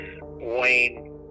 Wayne